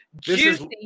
juicy